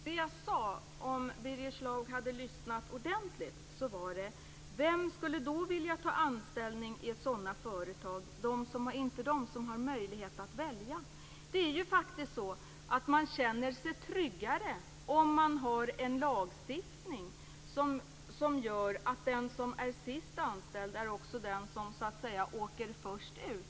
Fru talman! Det jag sade var: Vem skulle då vilja ta anställning i sådana företag? Inte de som har möjlighet att välja. Det skulle Birger Schlaug ha hört, om han hade lyssnat ordentligt. Man känner sig tryggare om det finns en lagstiftning som innebär att den som är sist anställd också är den som åker först ut.